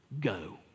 Go